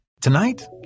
tonight